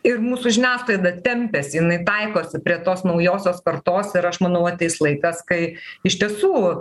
ir mūsų žiniasklaida tempiasi jinai taikosi prie tos naujosios kartos ir aš manau ateis laikas kai iš tiesų